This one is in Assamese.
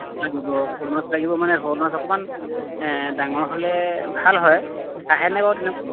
মোক লাগিব শ'ল মাছ লাগিব মানে শ'ল মাছ অকনমান ডাঙৰ হ'লে ভাল হয় আহেনে বাৰু তেনেকৈ